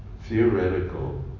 theoretical